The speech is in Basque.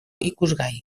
ikusgai